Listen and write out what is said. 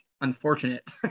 unfortunate